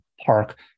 park